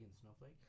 Snowflake